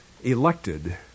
elected